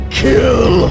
kill